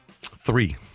Three